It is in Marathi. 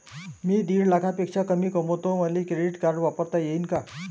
मी दीड लाखापेक्षा कमी कमवतो, मले क्रेडिट कार्ड वापरता येईन का?